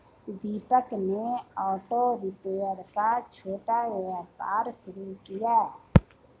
दीपक ने auto repair का छोटा व्यापार शुरू किया